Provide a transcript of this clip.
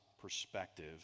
perspective